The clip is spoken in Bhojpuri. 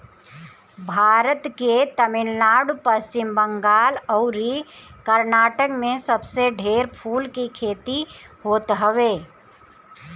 भारत के तमिलनाडु, पश्चिम बंगाल अउरी कर्नाटक में सबसे ढेर फूल के खेती होत हवे